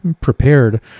prepared